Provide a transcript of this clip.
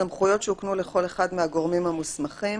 הסמכויות שהוקנו לכל אחד מהגורמים המוסמכים,